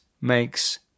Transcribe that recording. makes